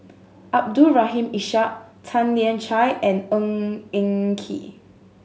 Abdul Rahim Ishak Tan Lian Chye and Ng Eng Kee